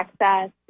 access